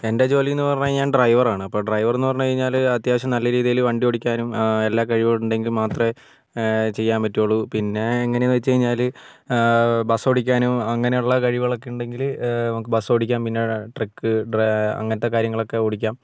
എൻ്റെ ജോലി എന്ന് പറഞ്ഞാൽ ഞാൻ ഡ്രൈവർ ആണ് അപ്പോൾ ഡ്രൈവർ എന്ന് പറഞ്ഞുകഴിഞ്ഞാൽ അത്യാവശ്യം നല്ല രീതിയിൽ വണ്ടി ഓടിക്കാനും എല്ലാ കഴിവും ഉണ്ടെങ്കിൽ മാത്രമേ ചെയ്യാൻ പറ്റുള്ളൂ പിന്നെ എങ്ങനെയെന്ന് വെച്ചുകഴിഞ്ഞാൽ ബസ് ഓടിക്കാനും അങ്ങനെയുള്ള കഴിവുകളൊക്കെ ഉണ്ടെങ്കിൽ നമുക്ക് ബസ് ഓടിക്കാം പിന്നെ ട്രക്ക് അങ്ങനത്തെ കാര്യങ്ങളൊക്കെ ഓടിക്കാം